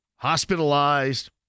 hospitalized